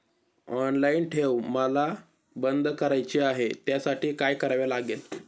Online ठेव मला बंद करायची आहे, त्यासाठी काय करावे लागेल?